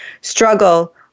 struggle